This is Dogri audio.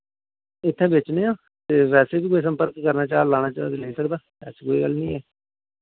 उत्थै बेचने आं ते बैसे बी कोई संपर्क करना चाह् लाना चाह् ते लेई सकदा ऐसी कोई गल्ल नेईं ऐ